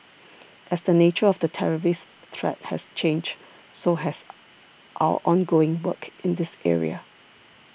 as the nature of the terrorist threat has changed so has our ongoing work in this area